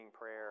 prayer